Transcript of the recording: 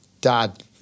dad